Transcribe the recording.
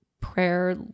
prayer